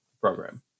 program